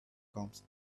comes